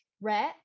Rat